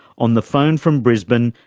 on the phone from brisbane,